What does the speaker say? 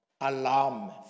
Alarm